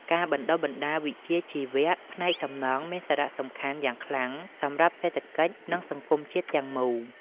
ការបណ្តុះបណ្តាលវិជ្ជាជីវៈផ្នែកសំណង់មានសារៈសំខាន់យ៉ាងខ្លាំងសម្រាប់សេដ្ឋកិច្ចនិងសង្គមជាតិទាំងមូល។